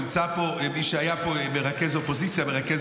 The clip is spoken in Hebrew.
נמצא פה מי שהיה מרכז אופוזיציה ומרכז